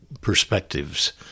perspectives